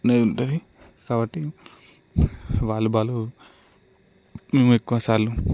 ఉంటుంది కాబట్టి వాలీబాలు ఎక్కువసార్లు